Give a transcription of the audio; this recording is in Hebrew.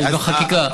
זו חקיקה.